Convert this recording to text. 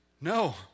No